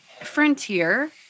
Frontier